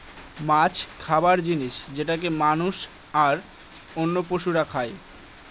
মাছ খাবার জিনিস যেটাকে মানুষ, আর অন্য পশুরা খাই